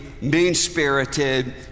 mean-spirited